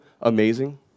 amazing